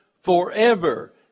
forever